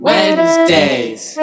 Wednesdays